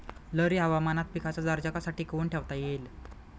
लहरी हवामानात पिकाचा दर्जा कसा टिकवून ठेवता येईल?